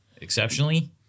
Exceptionally